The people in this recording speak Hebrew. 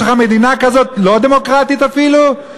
יש לך מדינה כזאת, לא דמוקרטית אפילו?